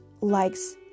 likes